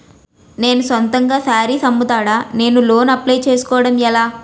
నేను సొంతంగా శారీస్ అమ్ముతాడ, నేను లోన్ అప్లయ్ చేసుకోవడం ఎలా?